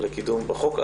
לקידום מעמד האישה.